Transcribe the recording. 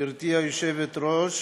גברתי היושבת-ראש,